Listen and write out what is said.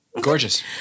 Gorgeous